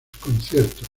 conciertos